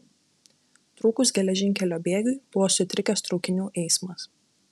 trūkus geležinkelio bėgiui buvo sutrikęs traukinių eismas